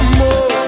more